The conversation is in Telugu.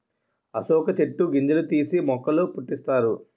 అశోక చెట్టు గింజలు తీసి మొక్కల పుట్టిస్తారు